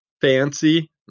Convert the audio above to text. fancy